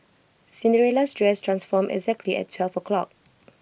Cinderella's dress transformed exactly at twelve o' clock